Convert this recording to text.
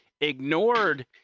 ignored